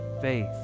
faith